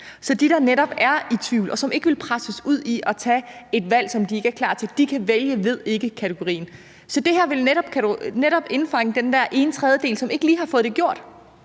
Så de, der netop er i tvivl, og som ikke vil presses ud i at tage et valg, som de ikke er klar til, kan vælge »Ved ikke«-kategorien. Så det her vil netop indfange den der ene tredjedel, som ikke lige har fået det gjort.